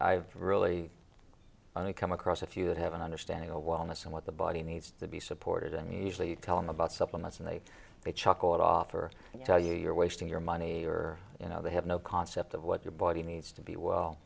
only come across if you have an understanding of wellness and what the body needs to be supported and usually telling about supplements and they may chuckle it off or tell you you're wasting your money or you know they have no concept of what your body needs to be well